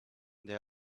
they